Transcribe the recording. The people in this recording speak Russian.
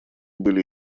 были